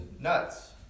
nuts